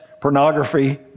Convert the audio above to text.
pornography